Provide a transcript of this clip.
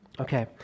Okay